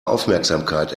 aufmerksamkeit